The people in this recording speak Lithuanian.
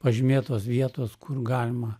pažymėtos vietos kur galima